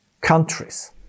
countries